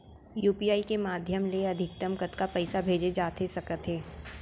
UPI के माधयम ले अधिकतम कतका पइसा भेजे जाथे सकत हे?